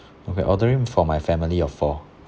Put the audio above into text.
okay ordering for my family of four